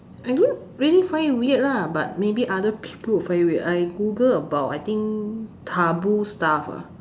I don't really find it weird lah but maybe other people will find it weird I Google about I think taboo stuff ah